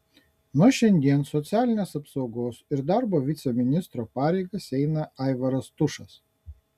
nuo šiandien socialinės apsaugos ir darbo viceministro pareigas eina aivaras tušas